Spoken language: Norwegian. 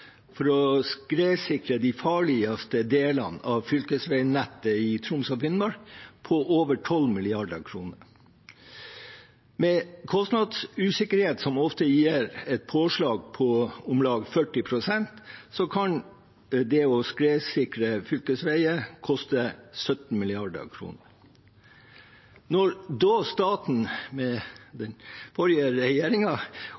for å skredsikre de farligste delene av fylkesveinettet i Troms og Finnmark på over 12 mrd. kr. Med kostnadsusikkerhet, som ofte gir et påslag på om lag 40 pst., kan det å skredsikre fylkesveier koste 17 mrd. kr. Når da staten med